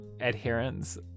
adherence